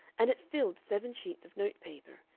and it filled seven sheets of notepaper,